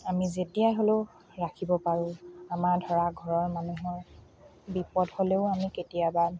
আমি যেতিয়াই হ'লেও ৰাখিব পাৰোঁ আমাৰ ধৰা ঘৰৰ মানুহৰ বিপদ হ'লেও আমি কেতিয়াবা